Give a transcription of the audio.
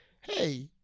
hey